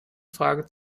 frage